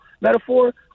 metaphor